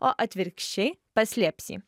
o atvirkščiai paslėps jį